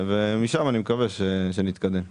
אני מקווה שנתקדם משם.